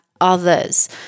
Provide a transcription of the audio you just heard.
others